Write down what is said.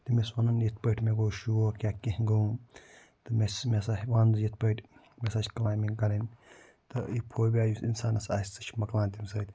تٔمِس وَنُن یِتھ پٲٹھۍ مےٚ گوٚو شوق یا کیٚنٛہہ گوٚوُم تہٕ مےٚ مےٚ ہَسا وَنُن یِتھ پٲٹھۍ مےٚ ہَسا چھِ کٕلایمبِنٛگ کَرٕنۍ تہٕ یہِ فوبیا یُس اِنسانَس آسہِ سُہ چھِ مۄکلان تَمہِ سۭتۍ